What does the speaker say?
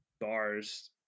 bars